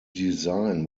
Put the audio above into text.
design